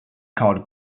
called